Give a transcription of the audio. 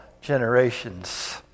generations